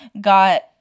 got